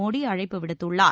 மோடி அழைப்பு விடுத்துள்ளார்